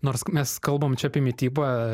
nors mes kalbam čia apie mitybą